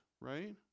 right